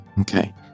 Okay